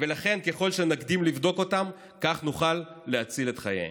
ולכן ככל שנקדים לבדוק אותם כך נוכל להציל את חייהם.